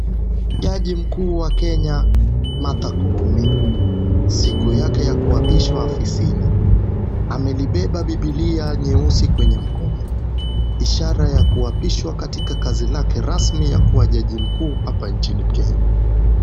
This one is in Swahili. Jaji mkuu wa Kenya Maatha Koome, siku yake ya kuapishwa afisini amelibeba bibilia nyeusi kwenye mkono , ishaara ya kuapishwa katika kazi yake rasmi ya kua jaji mkuu hapa nchini Kenya.